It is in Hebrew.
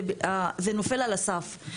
זה נופל על הסף.